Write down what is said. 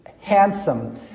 handsome